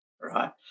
right